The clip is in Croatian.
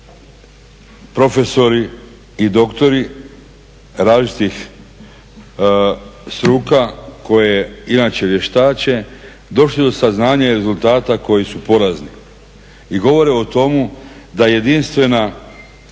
profesori i doktori različitih struka koje inače vještače došli do saznanja i rezultata koji su porazni i govore o tomu da jedinstvena